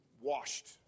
washed